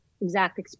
exact